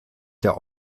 der